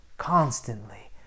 constantly